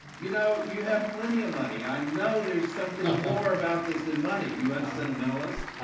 you know, you have plenty of money. i know there's something more about this than money, you unsentimentalist.